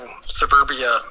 suburbia